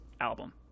album